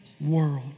world